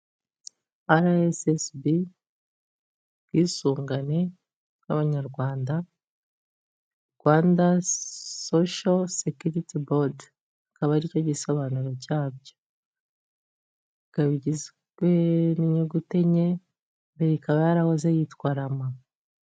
RSSB bwisungane bw'abanyarwanda Rwanda Social Security Board, akaba aricyo gisobanuro cyabyo. Ikaba igizwe n'inyugute enye mbere ikaba yarahoze yitwara rama.